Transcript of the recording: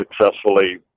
successfully